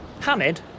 Hamid